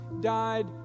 died